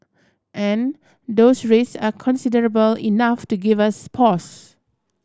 and those risk are considerable enough to give us pause